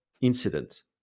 incident